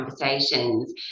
conversations